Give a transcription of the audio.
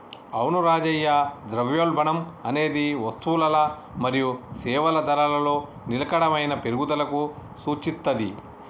అవును రాజయ్య ద్రవ్యోల్బణం అనేది వస్తువులల మరియు సేవల ధరలలో నిలకడైన పెరుగుదలకు సూచిత్తది